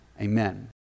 Amen